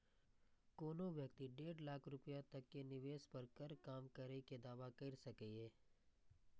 कोनो व्यक्ति डेढ़ लाख रुपैया तक के निवेश पर कर कम करै के दावा कैर सकैए